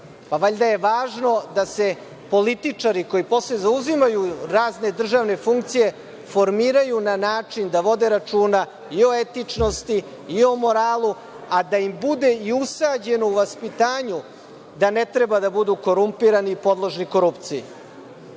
valjda je važno da se političari koji posle zauzimaju razne državne funkcije formiraju na način da vode računa i o etičnosti i o moralu, a da im bude i usađeno u vaspitanju da ne treba da budu korumpirani i podložni korupciji. Molim